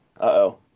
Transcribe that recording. Uh-oh